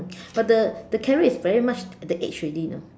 but the the carriage is very much at the edge already you know